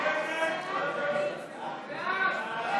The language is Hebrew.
הכלכלה את הצעת חוק להסדרת רישום וסימון של בעל חיים ואחריות